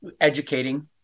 educating